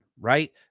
Right